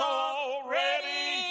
already